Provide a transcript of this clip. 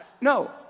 no